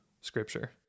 scripture